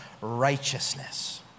righteousness